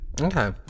Okay